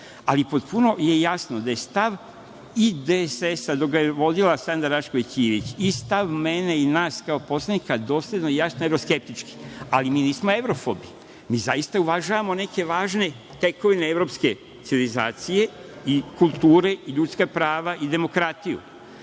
Ali, potpuno je jasno da je stav i DSS dok ga je vodila Sanda Rašković Ivić i stav mene i nas kao poslanika dosledno jasno evroskeptički, ali mi nismo evrofobi. Mi zaista uvažavamo neke važne tekovine evropske civilizacije i kulture i ljudska prava i demokratiju.